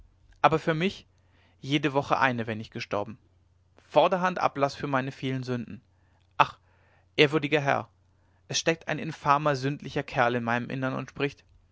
aber für mich jede woche eine wenn ich gestorben vorderhand ablaß für meine vielen sünden ach ehrwürdiger herr es steckt ein infamer sündlicher kerl in meinem innern und spricht